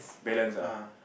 balance ah